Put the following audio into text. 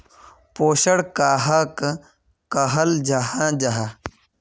पोषण कहाक कहाल जाहा जाहा?